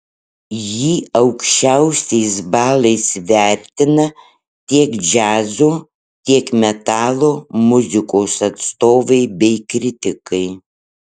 jį aukščiausiais balais vertina tiek džiazo tiek metalo muzikos atstovai bei kritikai